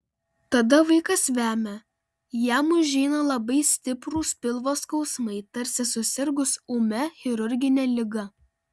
tada vaikas vemia jam užeina labai stiprūs pilvo skausmai tarsi susirgus ūmia chirurgine liga